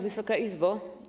Wysoka Izbo!